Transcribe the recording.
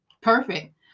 Perfect